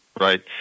Right